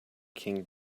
king